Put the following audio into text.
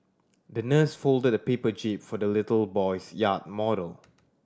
the nurse folded a paper jib for the little boy's yacht model